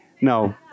no